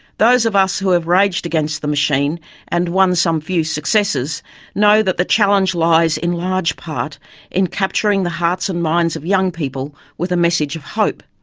those of us who have raged against the machine and won some few successes know that the challenge lies in large part in capturing the hearts and minds of young people with a message of hope.